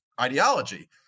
ideology